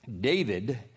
David